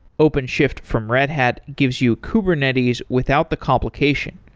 openshift from red hat gives you kubernetes without the complication.